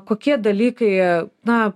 kokie dalykai na